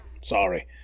sorry